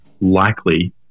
likely